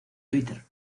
twitter